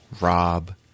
Rob